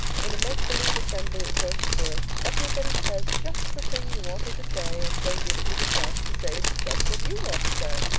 in a make believe assembly of choice spirits everybody says just the thing you want her to say and so gives you the chance to say just what you want to say.